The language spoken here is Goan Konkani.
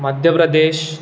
मध्य प्रदेश